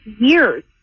years